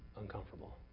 uncomfortable